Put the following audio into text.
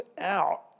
out